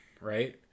right